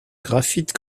graphite